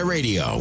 Radio